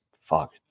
fuck